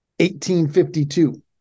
1852